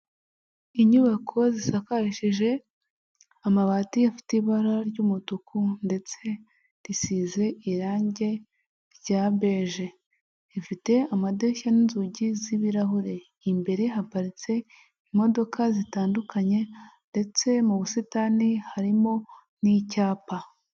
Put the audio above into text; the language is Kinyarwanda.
Inyubako zisakashije amabatifite ibara ry'umutuku ndetse risize irangi rya bege, rifite amadirishya n'inzugi z'ibirahure imbere haparitse imodoka zitandukanye, ndetse mu busitani harimo n'icyapa.